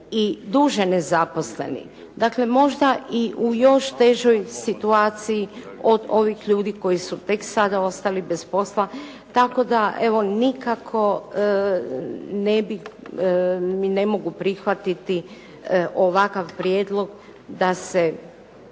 i duže nezaposleni. Dakle, možda i u još težoj situaciji od ovih ljudi koji su tek sada ostali bez posla. Tako da evo nikako ne mogu prihvatiti ovakav prijedlog da se